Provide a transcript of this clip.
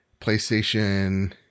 PlayStation